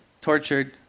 tortured